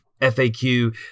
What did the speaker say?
FAQ